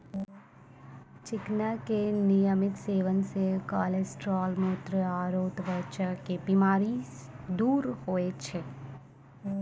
चिकना के नियमित सेवन से कोलेस्ट्रॉल, मुत्र आरो त्वचा के बीमारी दूर होय छै